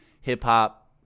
hip-hop